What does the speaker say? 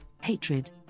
hatred